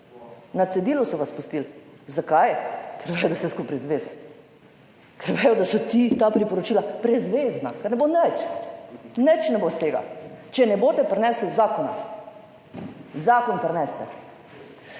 na cedilu so vas pustili. Zakaj? Ker vedo, da ste skupaj z zvezo, ker vedo, da so ti ta priporočila brezvezna, ker ne bo nič iz tega, če ne boste prinesli zakona. Zakon prinesite!